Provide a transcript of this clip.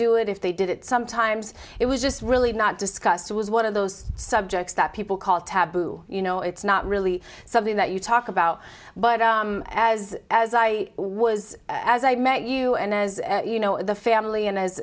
do it if they did it sometimes it was just really not discussed it was one of those subjects that people call taboo you know it's not really something that you talk about but as as i was as i met you and as you know the family and as